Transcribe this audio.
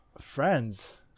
friends